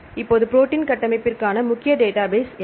இப்போது ப்ரோடீன் கட்டமைப்பிற்கான முக்கிய டேட்டாபேஸ் என்ன